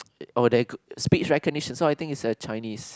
oh there could speech recognition so I think it's a Chinese